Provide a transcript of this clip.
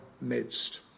midst